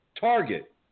target